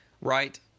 right